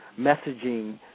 messaging